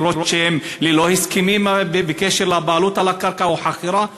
למרות שהן ללא הסכמים בקשר לבעלות על הקרקע או חכירה: